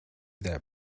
that